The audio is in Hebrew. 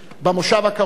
במושב הקרוב